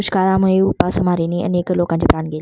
दुष्काळामुळे उपासमारीने अनेक लोकांचे प्राण गेले